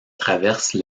traverse